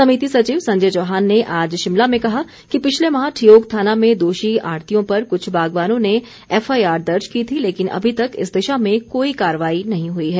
समिति सचिव संजय चौहान ने आज शिमला में कहा कि पिछले माह ठियोग थाना में दोषी आढ़तियों पर कुछ बागवानों ने एफआईआर दर्ज की थी लेकिन अभी तक इस दिशा में कोई कार्रवाई नहीं हुई है